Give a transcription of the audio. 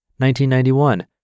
1991